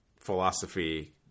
philosophy